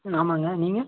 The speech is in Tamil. ம் ஆமாங்க நீங்கள்